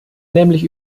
nämlich